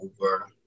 over